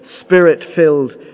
spirit-filled